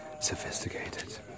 sophisticated